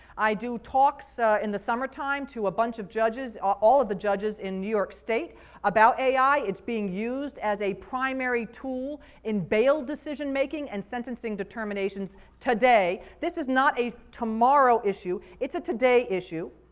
i do talks in the summertime to a bunch of judges, all of the judges in new york state about ai. it's being used as a primary tool in bail decision making and sentencing determinations today. this is not a tomorrow issue, it's a today issue.